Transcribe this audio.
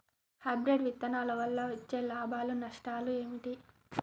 Hybrid విత్తనాల వల్ల వచ్చే లాభాలు నష్టాలు ఏమిటి?